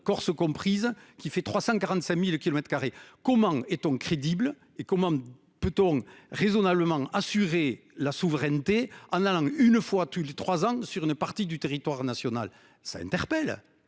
Corse comprise qui fait 345.000 km2. Comment est-on crédible et comment peut-on raisonnablement assurer la souveraineté en allant une fois tous les 3 ans sur une partie du territoire national, ça interpelle